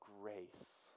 grace